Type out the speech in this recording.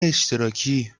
اشتراکی